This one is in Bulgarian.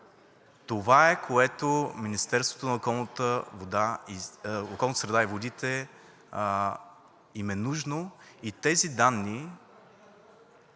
Това е, което на Министерството на околната среда и водите им е нужно, и тези данни